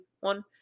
one